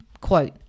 quote